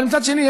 אבל מצד שני,